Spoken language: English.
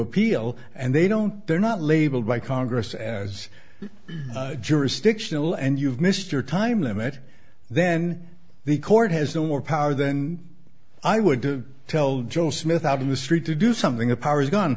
appeal and they don't they're not labeled by congress as jurisdictional and you have mr time limit then the court has no more power than i would to tell joe smith out in the street to do something a power is gone